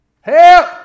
Help